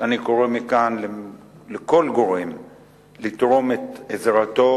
אני קורא מכאן לכל גורם לתרום את עזרתו